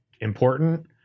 important